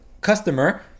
customer